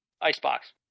Icebox